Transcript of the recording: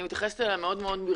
אני מתייחסת אליה מאוד ברצינות.